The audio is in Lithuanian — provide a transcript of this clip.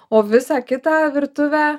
o visą kitą virtuvę